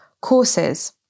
courses